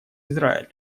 израиль